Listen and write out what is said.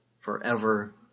forever